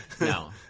no